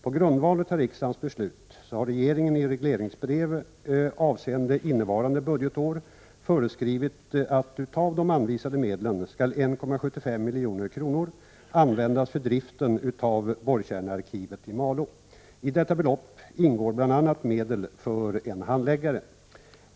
På grundval av riksdagens beslut har regeringen i regleringsbrev avseende innevarande budgetår föreskrivit att av de anvisade medlen 1,75 milj.kr. skall användas för driften av borrkärnearkivet i Malå. I detta belopp ingår bl.a. medel för en handläggare.